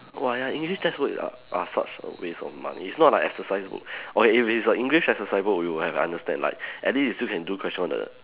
!wah! ya English textbook are are such a waste of money it's not like exercise book okay if it's a English exercise book we would have understand like at least you still can do question on the